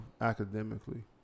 academically